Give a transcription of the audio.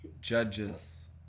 judges